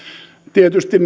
tietysti